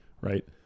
right